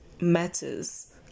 matters